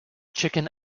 chicken